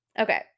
Okay